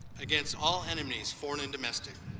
against all enemies, foreign and domestic